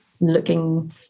looking